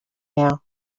now